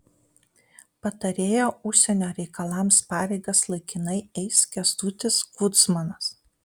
patarėjo užsienio reikalams pareigas laikinai eis kęstutis kudzmanas